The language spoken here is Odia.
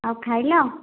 ଆଉ ଖାଇଲ